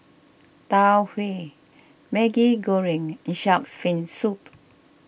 Tau Huay Maggi Goreng and Shark's Fin Soup